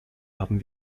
haben